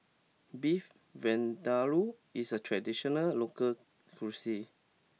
Beef Vindaloo is a traditional local cuisine